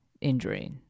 injury